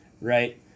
Right